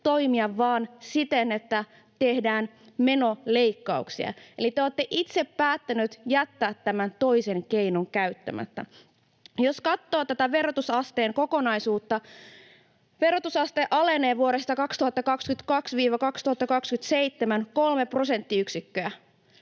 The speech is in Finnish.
toimia vain siten, että tehdään menoleikkauksia. Eli te olette itse päättäneet jättää tämän toisen keinon käyttämättä. Jos katsoo tätä verotusasteen kokonaisuutta, verotusaste alenee vuodesta 2022 vuoteen 2027 kolme prosenttiyksikköä.